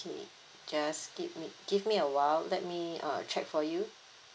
okay just give me give me a while let me uh check for you